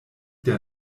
der